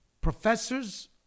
Professors